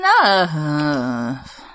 enough